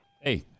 Hey